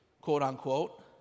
quote-unquote